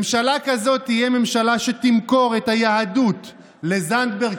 ממשלה כזאת תהיה ממשלה שתמכור את היהדות לזנדברג,